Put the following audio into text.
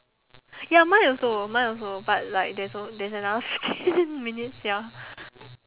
ya mine also mine also but like there's a~ there's another fifteen minutes ya